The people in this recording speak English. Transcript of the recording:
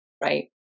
Right